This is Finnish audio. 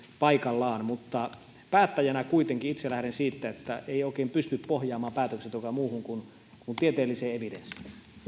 paikallaan mutta päättäjänä kuitenkin itse lähden siitä että ei oikein pysty pohjaamaan päätöksentekoa muuhun kuin kuin tieteelliseen evidenssiin